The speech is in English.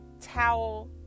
towel